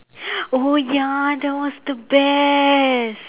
oh ya that was the best